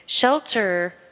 shelter